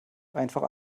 einfach